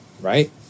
right